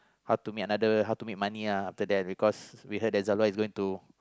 how to meet another how to make money ah after that because we heard that Zelda is going that